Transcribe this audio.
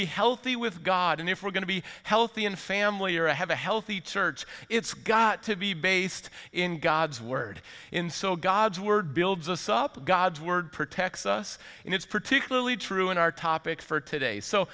be healthy with god and if we're going to be healthy in family or have a healthy church it's got to be based in god's word in so god's word builds us up god's word protects us and it's particularly true in our topic for today so